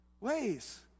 ways